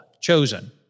chosen